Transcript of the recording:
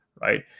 right